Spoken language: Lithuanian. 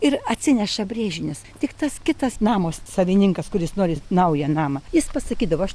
ir atsineša brėžinius tik tas kitas namas savininkas kuris nori naują namą jis pasakydavo aš